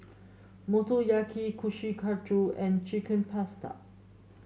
Motoyaki Kushiyaki and Chicken Pasta